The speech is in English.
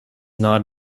not